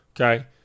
Okay